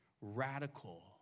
Radical